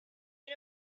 end